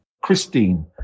Christine